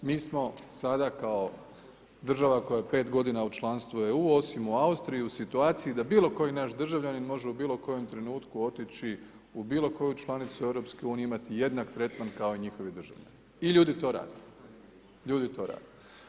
Mi smo sada kao država koja je 5 godina u članstvu EU, osim u Austriji, u situaciji da bilo koji naš državljanin može u bilo kojem trenutku otići u bilo koju članicu EU, imati jednak tretman kao i njihovi državljani i ljudi to rade.